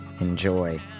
Enjoy